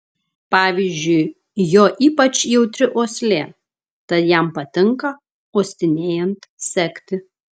pavyzdžiui jo ypač jautri uoslė tad jam patinka uostinėjant sekti